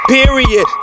Period